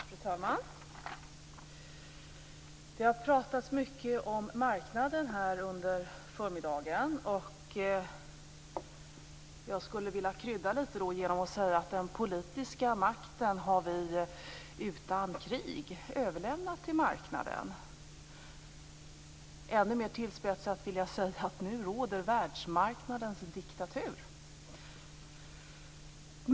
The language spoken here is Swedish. Fru talman! Det har pratats mycket om marknaden här under förmiddagen. Jag skulle vilja krydda litet genom att säga att vi utan krig har överlämnat den politiska makten till marknaden. Ännu mer tillspetsat vill jag säga att nu råder världsmarknadens diktatur.